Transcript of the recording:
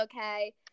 okay